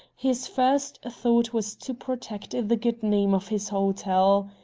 his first thought was to protect the good name of his hotel.